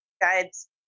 guides